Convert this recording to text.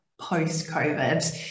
post-COVID